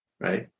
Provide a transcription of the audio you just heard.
right